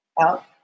out